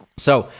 so,